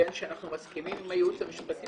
בין שאנחנו מסכימים עם הייעוץ המשפטי